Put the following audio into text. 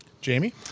Jamie